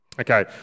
Okay